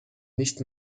nicht